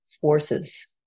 forces